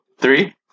Three